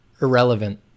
Irrelevant